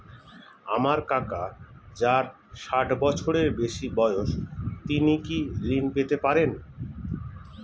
আমার কাকা যার ষাঠ বছরের বেশি বয়স তিনি কি ঋন পেতে পারেন?